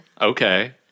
Okay